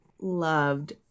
loved